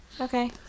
Okay